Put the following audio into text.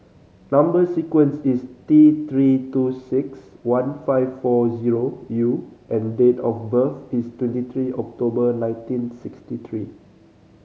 number sequence is T Three two six one five four zero U and date of birth is twenty three October nineteen sixty three